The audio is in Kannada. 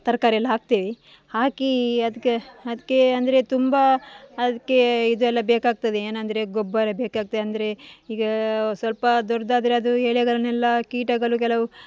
ತರಕಾರಿ ಎಲ್ಲ ಹಾಕ್ತೇವೆ ಹಾಕಿ ಅದಕ್ಕೆ ಅದಕ್ಕೆ ಅಂದರೆ ತುಂಬ ಅದಕ್ಕೆ ಇದೆಲ್ಲ ಬೇಕಾಗ್ತದೆ ಏನೆಂದ್ರೆ ಗೊಬ್ಬರ ಬೇಕಾಗ್ತದೆ ಅಂದರೆ ಈಗ ಸ್ವಲ್ಪ ದೊಡ್ಡದಾದ್ರೆ ಅದು ಎಲೆಗಳನ್ನೆಲ್ಲ ಕೀಟಗಳು ಕೆಲವು